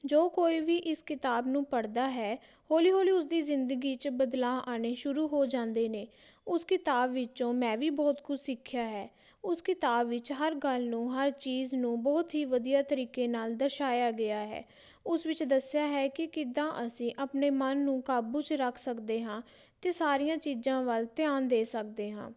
ਜੋ ਕੋਈ ਵੀ ਇਸ ਕਿਤਾਬ ਨੂੰ ਪੜ੍ਹਦਾ ਹੈ ਹੌਲੀ ਹੌਲੀ ਉਸਦੀ ਜ਼ਿੰਦਗੀ 'ਚ ਬਦਲਾਅ ਆਉਣੇ ਸ਼ੁਰੂ ਹੋ ਜਾਂਦੇ ਨੇ ਉਸ ਕਿਤਾਬ ਵਿੱਚੋਂ ਮੈਂ ਵੀ ਬਹੁਤ ਕੁਛ ਸਿੱਖਿਆ ਹੈ ਉਸ ਕਿਤਾਬ ਵਿੱਚ ਹਰ ਗੱਲ ਨੂੰ ਹਰ ਚੀਜ਼ ਨੂੰ ਬਹੁਤ ਹੀ ਵਧੀਆ ਤਰੀਕੇ ਨਾਲ ਦਰਸਾਇਆ ਗਿਆ ਹੈ ਉਸ ਵਿੱਚ ਦੱਸਿਆ ਹੈ ਕਿ ਕਿੱਦਾਂ ਅਸੀਂ ਆਪਣੇ ਮਨ ਨੂੰ ਕਾਬੂ 'ਚ ਰੱਖ ਸਕਦੇ ਹਾਂ ਅਤੇ ਸਾਰੀਆਂ ਚੀਜ਼ਾਂ ਵੱਲ ਧਿਆਨ ਦੇ ਸਕਦੇ ਹਾਂ